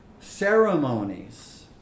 ceremonies